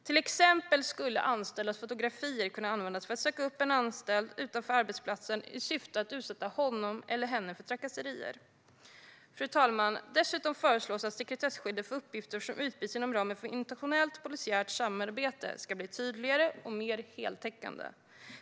Till exempel skulle anställdas fotografier kunna användas för att söka upp en anställd utanför arbetsplatsen i syfte att utsätta honom eller henne för trakasserier. Fru talman! Dessutom föreslås att sekretesskyddet för uppgifter som utbyts inom ramen för internationellt polisiärt samarbete ska bli tydligare och mer heltäckande.